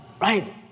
right